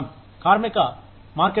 కార్మిక మార్కెట్ పరిస్థితులు